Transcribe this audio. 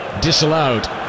disallowed